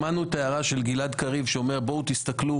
שמענו את ההערה של גלעד קריב שאומר: בואו תסתכלו